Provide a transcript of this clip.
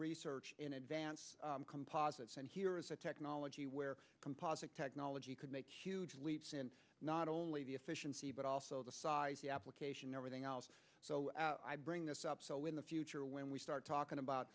research in advance composites and here is a technology where composite technology could make a huge leap not only the efficiency but also the size the application everything else so i bring this up so in the future when we start talking about